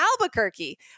Albuquerque